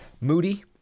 Moody